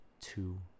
two